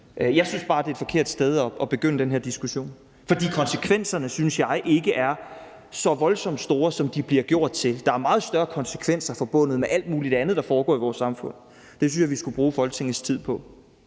Jeg synes bare, det er et forkert sted at begynde den her diskussion, for konsekvenserne synes jeg ikke er så voldsomt store, som de bliver gjort til. Der er meget større konsekvenser forbundet med alt muligt andet, der foregår i vores samfund. Det synes jeg vi skulle bruge Folketingets tid på.